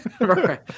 Right